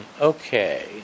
Okay